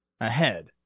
Ahead